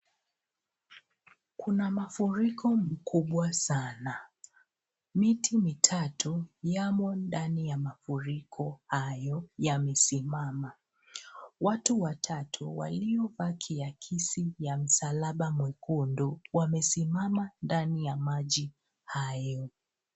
Kuna mafuriko mkubwa sana. Miti mitatu yamo ndani ya mafuriko hayo yamesimama. Watu watatu waliova kiakisi ya msalaba mwekundu wamesimama ndani ya maji hayo.